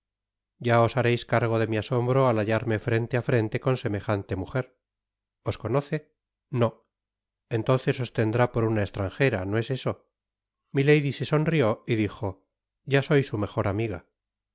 ya os hareis cargo de mi asombro al hallarme frente á frente con semejante mujer os conoce no entonces os tendrá por una estranjera no es eso milady se sonrió y dijo ya soy su mejor amiga